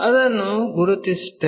ಅದನ್ನು ಗುರುತಿಸುತ್ತೇವೆ